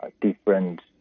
different